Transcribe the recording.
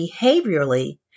behaviorally